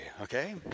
okay